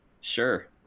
sure